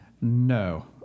No